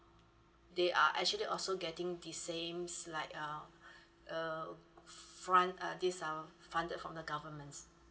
they are actually also getting the same like uh uh front uh this um funded from the governments